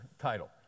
title